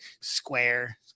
Square